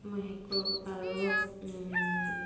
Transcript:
মই শেষ কৰোঁ আৰু